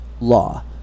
law